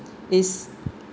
his